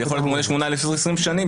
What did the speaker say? זה יכול להיות ממונה שמונה לפני 20 שנה,